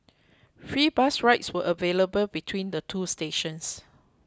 free bus rides were available between the two stations